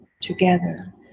together